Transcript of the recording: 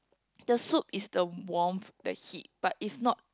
the soup is the warmth the heat but is not